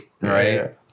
right